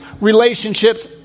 relationships